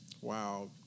Wow